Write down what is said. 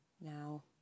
Now